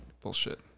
Bullshit